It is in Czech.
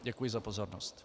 Děkuji za pozornost.